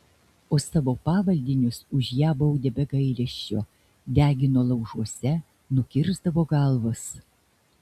o savo pavaldinius už ją baudė be gailesčio degino laužuose nukirsdavo galvas